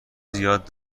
زیاد